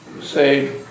Say